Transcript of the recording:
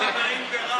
בבקשה.